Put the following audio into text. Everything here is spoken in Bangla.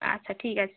আচ্ছা ঠিক আছে